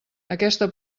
aquesta